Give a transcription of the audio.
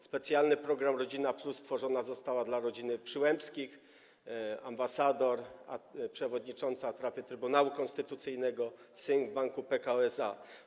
Specjalny program rodzina+ stworzony został dla rodziny Przyłębskich - ambasador, przewodnicząca atrapy Trybunału Konstytucyjnego, syn w banku Pekao SA.